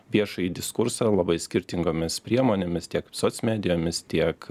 viešąjį diskursą labai skirtingomis priemonėmis tiek soc medijomis tiek